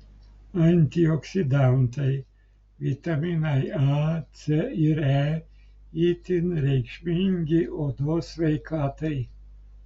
antioksidantai vitaminai a c ir e itin reikšmingi odos sveikatai